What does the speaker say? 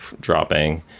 dropping